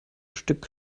stück